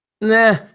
Nah